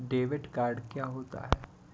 Debit card क्या होता है?